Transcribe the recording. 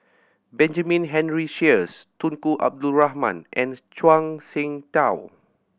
Benjamin Henry Sheares Tunku Abdul Rahman and Zhuang Shengtao